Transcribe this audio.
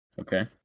Okay